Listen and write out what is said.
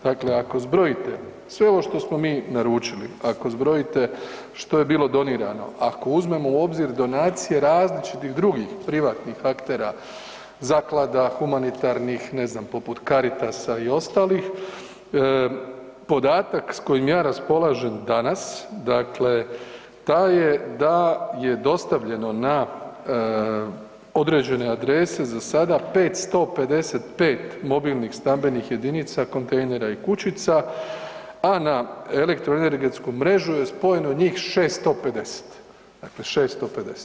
Dakle, ako zbrojite sve ovo što smo mi naručili, ako zbrojite što je bilo donirano, ako uzmemo u obzir donacije različitih drugih privatnih aktera, zaklada humanitarnih, ne znam, poput Caritasa i ostalih, podatak s kojim ja raspolažem danas, dakle da je dostavljeno na određene adrese za sada 555 mobilnih stambenih jedinica, kontejnera i kućica, a na elektroenergetsku mrežu je spojeno njih 650, dakle 650.